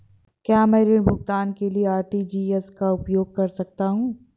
क्या मैं ऋण भुगतान के लिए आर.टी.जी.एस का उपयोग कर सकता हूँ?